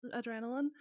adrenaline